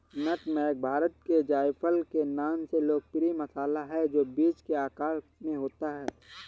नट मेग भारत में जायफल के नाम से लोकप्रिय मसाला है, जो बीज के आकार में होता है